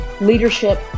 leadership